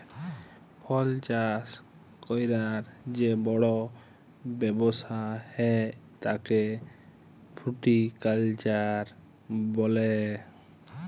ফল চাষ ক্যরার যে বড় ব্যবসা হ্যয় তাকে ফ্রুটিকালচার বলে